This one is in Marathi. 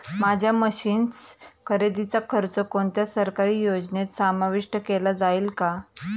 माझ्या मशीन्स खरेदीचा खर्च कोणत्या सरकारी योजनेत समाविष्ट केला जाईल का?